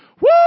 Woo